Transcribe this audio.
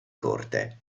corte